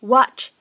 Watch